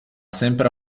sempre